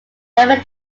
never